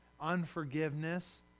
unforgiveness